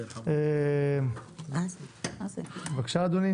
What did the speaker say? בבקשה אדוני.